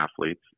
athletes